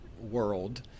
world